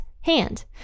hand